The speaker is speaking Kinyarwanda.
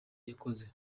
yakoze